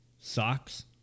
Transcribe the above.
Socks